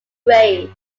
grade